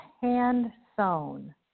hand-sewn